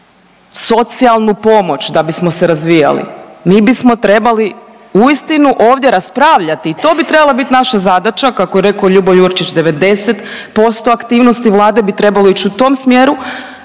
socijalnu pomoć da bismo se razvijali, mi bismo trebali uistinu ovdje raspravljati i to bi trebala bit naša zadaća kako je rekao Ljubo Jurčić 90% aktivnosti Vlade bi trebalo ić u tom smjeru